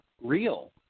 real